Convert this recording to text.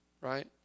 right